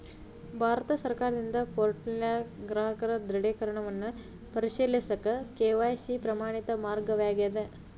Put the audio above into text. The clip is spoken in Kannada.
ಭಾರತ ಸರ್ಕಾರದಿಂದ ಪೋರ್ಟಲ್ನ್ಯಾಗ ಗ್ರಾಹಕರ ದೃಢೇಕರಣವನ್ನ ಪರಿಶೇಲಿಸಕ ಕೆ.ವಾಯ್.ಸಿ ಪ್ರಮಾಣಿತ ಮಾರ್ಗವಾಗ್ಯದ